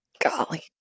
Golly